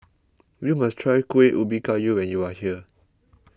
you must try Kueh Ubi Kayu when you are here